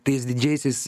tais didžiaisiais